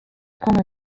common